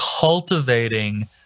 cultivating